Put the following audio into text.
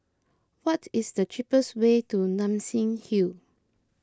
what is the cheapest way to Nassim Hill